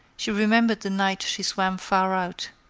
she remembered the night she swam far out,